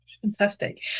Fantastic